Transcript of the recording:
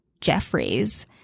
Jeffrey's